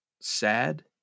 sad